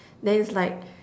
then it's like